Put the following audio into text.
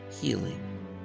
healing